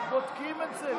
בודקים את זה.